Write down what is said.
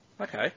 okay